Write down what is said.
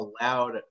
allowed